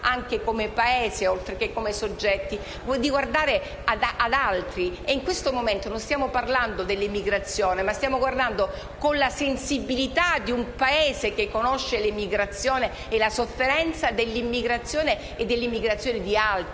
anche come Paese oltre che come soggetti, di guardare verso gli altri. In questo momento non stiamo parlando di emigrazione ma stiamo guardando, con la sensibilità di un Paese che conosce l'emigrazione e la sua sofferenza, all'immigrazione di altri